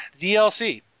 dlc